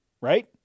Right